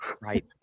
Right